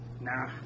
Nah